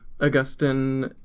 Augustine